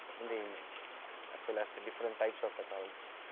in the image as well as the different types of pathologies.